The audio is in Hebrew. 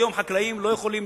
היום חקלאים לא יכולים,